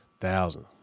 thousands